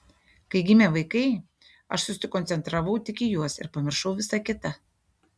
kai gimė vaikai aš susikoncentravau tik į juos ir pamiršau visa kita